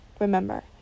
Remember